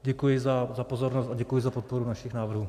Děkuji za pozornost a děkuji za podporu našich návrhů.